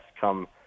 come